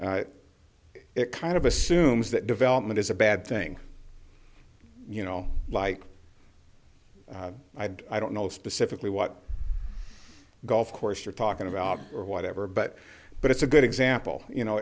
it kind of assumes that development is a bad thing you know like i'd i don't know specifically what golf course you're talking about or whatever but but it's a good example you know